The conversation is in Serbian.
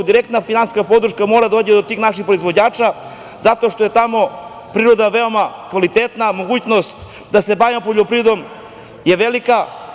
Direktna finansijska podrška mora da dođe do tih naših proizvođača zato što je tamo priroda veoma kvalitetna, mogućnost da se bavimo poljoprivredom je velika.